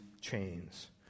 chains